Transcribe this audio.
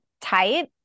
tight